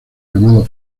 llamado